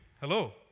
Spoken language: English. Hello